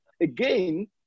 again